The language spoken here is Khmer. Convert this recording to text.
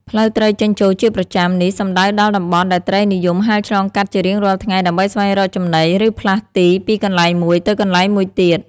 ផ្លូវត្រីចេញចូលជាប្រចាំ នេះសំដៅដល់តំបន់ដែលត្រីនិយមហែលឆ្លងកាត់ជារៀងរាល់ថ្ងៃដើម្បីស្វែងរកចំណី ឬផ្លាស់ទីពីកន្លែងមួយទៅកន្លែងមួយទៀត។